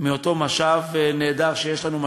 מאותו משאב נהדר שיש לנו,